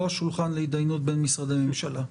השולחן להתדיינות בין משרדי הממשלה.